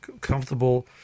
comfortable